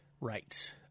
rights